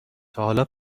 تاحالا